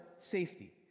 safety